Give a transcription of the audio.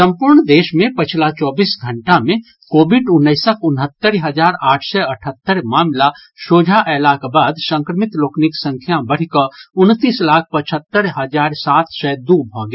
संपूर्ण देश मे पछिला चौबीस घंटा मे कोविड उन्नैसक उनहत्तरि हजार आठ सय अठहत्तरि मामिला सोझा अयलाक बाद संक्रमित लोकनिक संख्या बढ़िकऽ उनतीस लाख पचहत्तरि हजार सात सय दू भऽ गेल